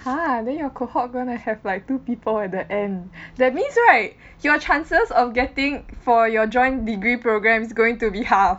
!huh! then your cohort gonna have like two people at the end that means right your chances of getting for your joint degree program is going to be half